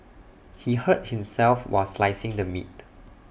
he hurt himself while slicing the meat